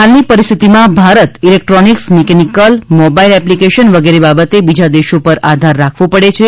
હાલની પરિસ્થિતિમાં Bharat electronics mechanical toys mobile application વગેરે બાબતે બીજા દેશો પર આધાર રાખવો પડે છે